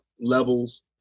levels